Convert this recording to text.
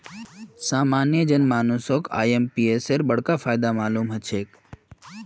सामान्य जन मानसक आईएमपीएसेर बडका फायदा मालूम ह छेक